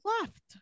left